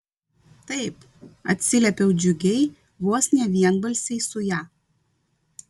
taip atsiliepiau džiugiai vos ne vienbalsiai su ja